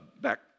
back